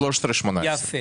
13 18. יפה.